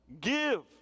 Give